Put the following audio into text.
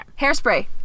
Hairspray